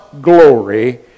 glory